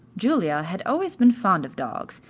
julia had always been fond of dogs,